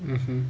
mmhmm